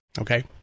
Okay